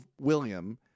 William